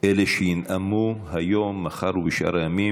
אלה שינאמו היום, מחר ובשאר הימים.